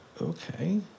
Okay